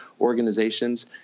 organizations